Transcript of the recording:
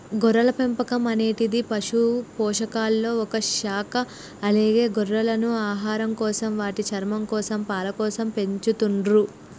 గొర్రెల పెంపకం అనేటిది పశుపోషణలొ ఒక శాఖ అలాగే గొర్రెలను ఆహారంకోసం, వాటి చర్మంకోసం, పాలకోసం పెంచతుర్రు